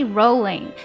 rolling